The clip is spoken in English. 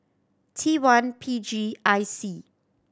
T one P G I C